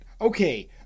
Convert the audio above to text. Okay